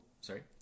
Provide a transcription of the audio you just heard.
sorry